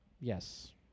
Yes